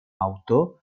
autor